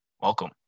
welcome